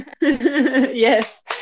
Yes